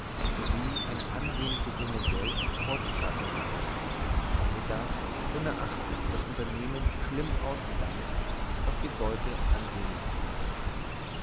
sowie eine ansehnliche summe geld fortzuschaffen gewußt so daß unerachtet das unternehmen schlimm ausgegangen doch die beute ansehnlich blieb